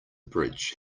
bridge